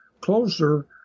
closer